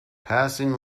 passing